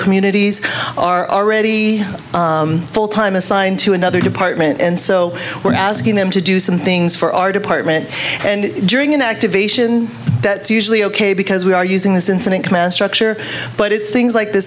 communities are already full time assigned to another department and so we're asking them to do some things for our department and during an activation that's usually ok because we are using this incident command structure but it's things like th